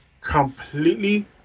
Completely